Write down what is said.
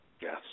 Yes